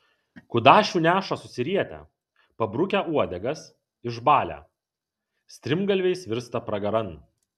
kudašių neša susirietę pabrukę uodegas išbalę strimgalviais virsta pragaran